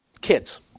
Kids